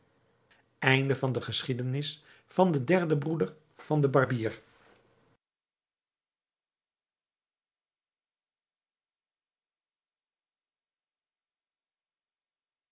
de geschiedenis v d tweeden broeder v d barbier